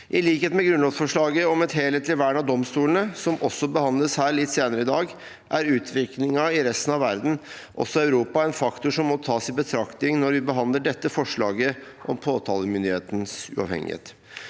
I likhet med grunnlovsforslaget om et helhetlig vern av domstolene, som også behandles her litt senere i dag, er utviklingen i resten av verden, også i Europa, en faktor som må tas i betraktning når vi behandler dette forslag et om påtalemyndighetens uavhengighet.